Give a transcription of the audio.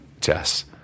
Jess